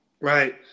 Right